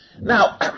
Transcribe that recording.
Now